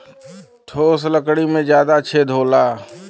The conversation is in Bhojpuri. ठोस लकड़ी में जादा छेद होला